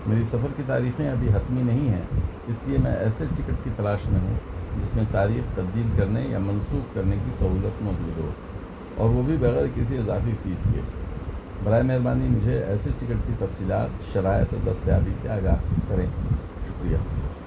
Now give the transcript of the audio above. میری سفر کی تاریخیں ابھی حتمی نہیں ہیں اس لیے میں ایسے ٹکٹ کی تلاش میں ہوں جس میں تاریخ تبدیل کرنے یا منسوخ کرنے کی سہولت موجود ہو اور وہ بھی بغیر کسی اضافی فیس کے برائے مہربانی مجھے ایسے ٹکٹ کی تفصیلات شرائط اور دستیابی سے آگاہ کریں شکریہ